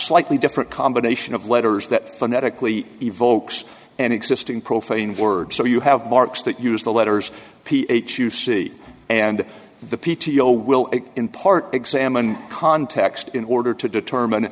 slightly different combination of letters that phonetically evokes and existing profane words so you have marks that use the letters p h u c and the p t o will in part examine context in order to determine